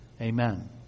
Amen